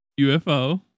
UFO